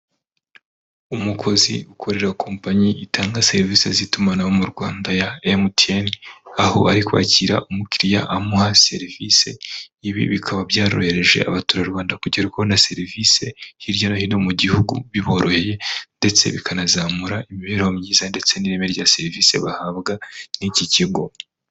Umukozi ukorera kompanyi itanga serivisi z'itumanaho mu Rwanda ya MTN, aho ari kwakira umukiriya amuha serivisi, ibi bikaba byororohereje abaturarwanda kongera kubona serivisi hirya no hino mu gihugu biboroheye, ndetse bikanazamura imibereho myiza ndetse n'ireme rya serivisi bahabwa n'iki kigo.